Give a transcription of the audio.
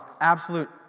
absolute